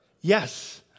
Yes